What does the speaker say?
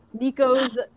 Nico's